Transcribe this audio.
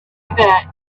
that